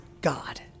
God